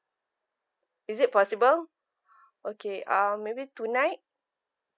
is it possible okay um maybe tonight